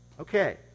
Okay